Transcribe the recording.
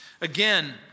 Again